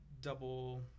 double